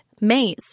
Maze